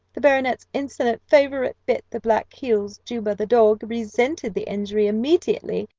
the baronet's insolent favourite bit the black's heels. juba, the dog, resented the injury immediately,